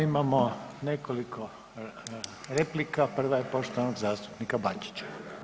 Imamo nekoliko replika, prva je poštovanog zastupnika Bačića.